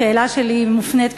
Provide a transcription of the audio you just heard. השאלה שלי מופנית,